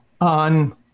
on